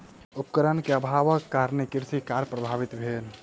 उपकरण के अभावक कारणेँ कृषि कार्य प्रभावित भेल